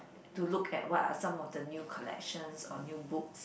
to look at what are some of the new collections or new books